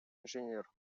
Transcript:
инженер